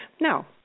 Now